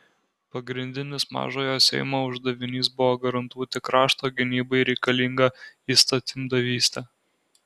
pagrindinis mažojo seimo uždavinys buvo garantuoti krašto gynybai reikalingą įstatymdavystę